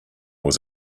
was